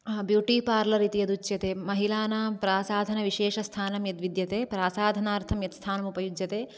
beauty parlour इति यद् उच्यते महिलानां प्रासादनविशेषस्थानं यद् विद्यते प्रसादनार्थं यद् स्थानम् उपयुज्यते